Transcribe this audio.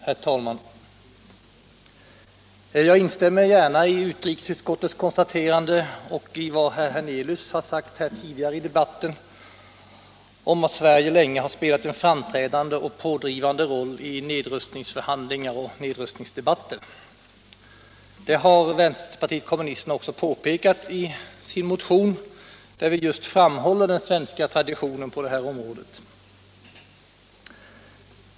Herr talman! Jag instämmer gärna i utrikesutskottets konstaterande och i vad herr Hernelius sagt tidigare i debatten om att Sverige länge haft en framträdande och pådrivande roll i nedrustningsförhandlingar och nedrustningsdebatt. Det har vpk också påpekat i sin motion, där vi just framhåller den svenska traditionen på detta område.